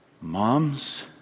Mom's